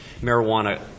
marijuana